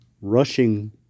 rushing